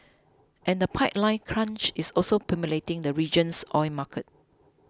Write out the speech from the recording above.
and the pipeline crunch is also pummelling the region's oil market